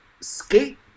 skate